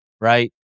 right